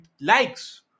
likes